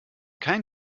kein